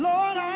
Lord